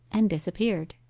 and disappeared.